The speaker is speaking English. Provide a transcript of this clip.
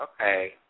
Okay